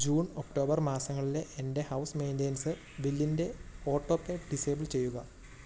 June October മാസങ്ങളിലെ എൻ്റെ house maintenance ബില്ലിൻ്റെ ഓട്ടോപേ ഡിസബിൾ ചെയ്യുക